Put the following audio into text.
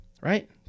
Right